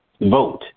vote